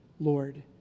Lord